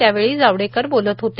त्यावेळी जावडेकर बोलत होते